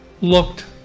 looked